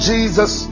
Jesus